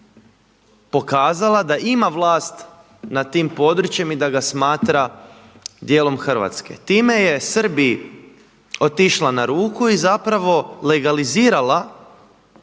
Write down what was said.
pokazala da ima vlasti nad tim područje i da ga smatra dijelom Hrvatske. Time je Srbiji otišla na ruku i zapravo legalizirala